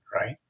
right